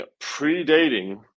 predating